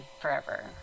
forever